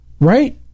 Right